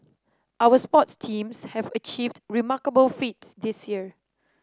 our sports teams have achieved remarkable feats this year